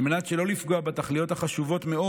על מנת שלא לפגוע בתכליות החשובות מאוד